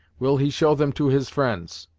will he show them to his friends?